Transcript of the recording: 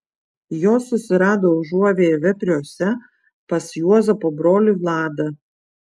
jos susirado užuovėją vepriuose pas juozapo brolį vladą